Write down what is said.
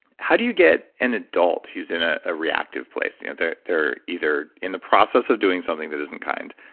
how do you get an adult who's in a ah reactive place? and they're they're either in the process of doing something that isn't kind,